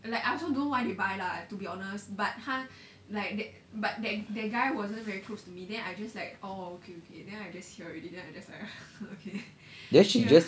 then she just